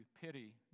pity